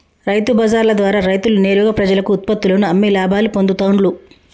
రైతు బజార్ల ద్వారా రైతులు నేరుగా ప్రజలకు ఉత్పత్తుల్లను అమ్మి లాభాలు పొందుతూండ్లు